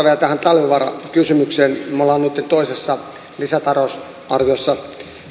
vielä tähän talvivaara kysymykseen me olemme nytten toisessa lisätalousarviossa